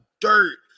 dirt